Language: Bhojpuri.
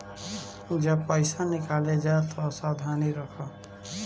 जब पईसा निकाले जा तअ सावधानी रखअ